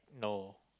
no